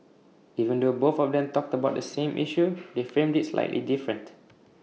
even though both of them talked about the same issue they framed IT slightly different